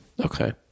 Okay